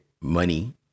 money